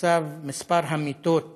במצב מספר המיטות